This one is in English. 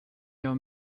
your